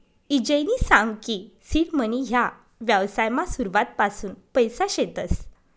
ईजयनी सांग की सीड मनी ह्या व्यवसायमा सुरुवातपासून पैसा शेतस